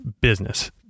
business